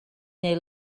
neu